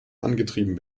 angetrieben